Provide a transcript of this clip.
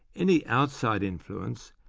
any outside influence,